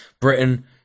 Britain